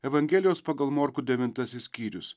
evangelijos pagal morkų devintasis skyrius